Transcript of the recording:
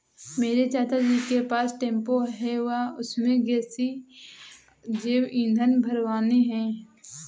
मेरे चाचा जी के पास टेंपो है वह उसमें गैसीय जैव ईंधन भरवाने हैं